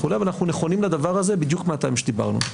אבל אנחנו נכונים לדבר הזה בדיוק מהטעם שדיברנו.